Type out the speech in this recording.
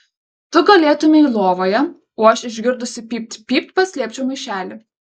tu gulėtumei lovoje o aš išgirdusi pypt pypt paslėpčiau maišelį